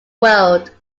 world